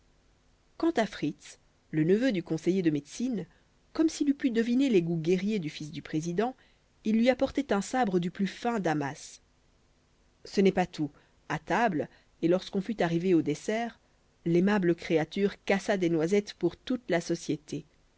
quant à fritz le neveu du conseiller de médecine comme s'il eût pu deviner les goûts guerriers du fils du président il lui apportait un sabre du plus fin damas ce n'est pas tout a table et lorsqu'on fut arrivé au dessert l'aimable créature cassa des noisettes pour toute la société